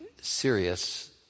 serious